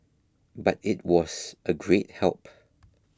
but it was a great help